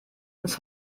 ins